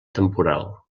temporal